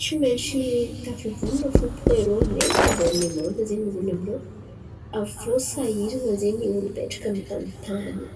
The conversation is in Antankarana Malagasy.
tsy maintsy tafy volan̈a fo baka irô nay goverinemanty zen̈y mivolan̈a amin-drô avô sahiran̈a zen̈y olo hipetraka amin-tany io.